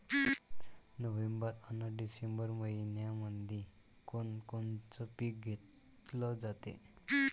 November अन डिसेंबर मइन्यामंधी कोण कोनचं पीक घेतलं जाते?